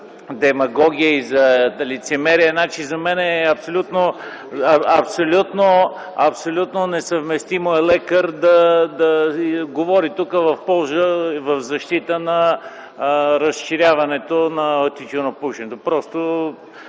демагогия и за лицемерие. За мен е абсолютно несъвместимо лекар да говори тук в полза, в защита на разширяването на тютюнопушенето.